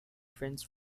friends